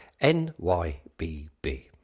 NYBB